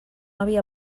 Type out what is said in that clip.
havia